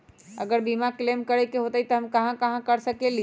अगर बीमा क्लेम करे के होई त हम कहा कर सकेली?